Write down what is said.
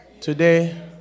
Today